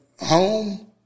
home